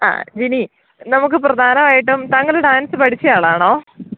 ആ ജിനി നമുക്ക് പ്രധാനമായിട്ടും താങ്കൾ ഡാൻസ് പഠിച്ചയാളാണോ